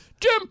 Jim